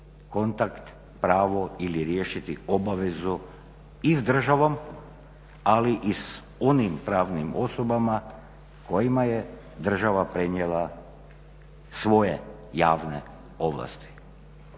kontakt, pravo ili riješiti obavezu i s državom ali i s onim pravnim osobama kojima je država prenijela svoje javne ovlasti.